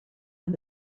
and